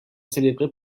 célébré